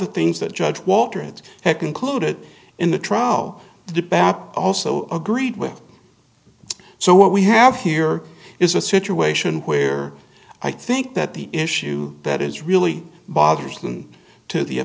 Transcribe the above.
the things that judge walter it had concluded in the trial to pat also agreed with so what we have here is a situation where i think that the issue that is really bothers them to the